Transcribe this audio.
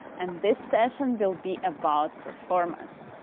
and this session will be about performance.